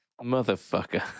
motherfucker